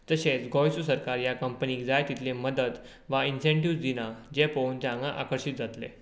तशेंच गोंयचो सरकार ह्या कंपनीक जाय तितले मदत वा इंसेंटीव्स दिना तें पळोवन ते हांगा आकर्शित जातले